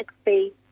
space